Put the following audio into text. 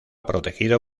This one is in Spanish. protegido